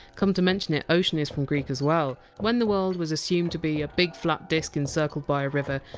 come to mention it! ocean! is from greek as well. when the world was assumed to be a big flat disc encircled by a river,